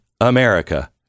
america